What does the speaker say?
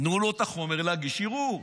תנו לו את החומר להגיש ערעור.